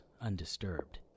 undisturbed